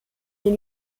mais